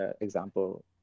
example